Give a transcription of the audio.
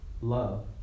love